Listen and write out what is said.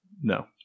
No